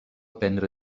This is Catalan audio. prendre